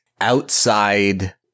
outside